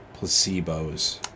placebos